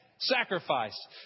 sacrifice